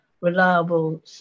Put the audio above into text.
reliable